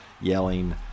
yelling